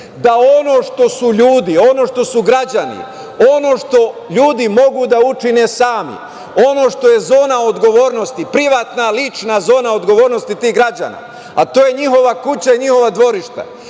da ono što su ljudi, ono što su građani, ono što ljudi mogu da učine sami, ono što je zona odgovornosti, privatna, lična zona odgovornosti tih građana, a to je njihova kuća i njihova dvorišta,